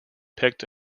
picked